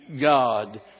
God